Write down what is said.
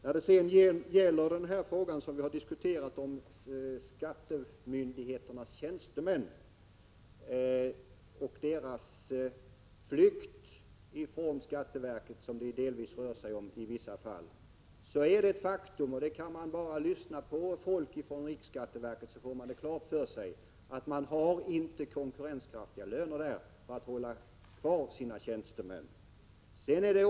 När det gäller frågan om skattemyndigheternas tjänstemän och den flykt från riksskatteverket som det härvidlag rör sig om, så är det ett faktum att riksskatteverket inte har så konkurrenskraftiga löner att verket kan hålla kvar sina tjänstemän. Man behöver bara lyssna på folk från riksskatteverket för att få detta klart för sig.